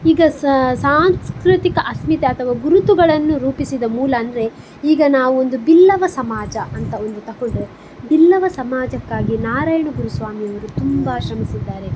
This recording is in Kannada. ಈಗ ಸಹ ಸಾಂಸ್ಕೃತಿಕ ಅಸ್ಮಿತೆ ಅಥವಾ ಗುರುತುಗಳನ್ನು ರೂಪಿಸಿದ ಮೂಲ ಅಂದರೆ ಈಗ ನಾವೊಂದು ಬಿಲ್ಲವ ಸಮಾಜ ಅಂತ ಒಂದು ತಗೊಂಡ್ರೆ ಬಿಲ್ಲವ ಸಮಾಜಕ್ಕಾಗಿ ನಾರಾಯಣ ಗುರು ಸ್ವಾಮಿಯವರು ತುಂಬ ಶ್ರಮಿಸಿದ್ದಾರೆ